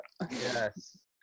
yes